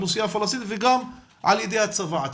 האוכלוסייה הפלסטינית וגם על ידי הצבא עצמו.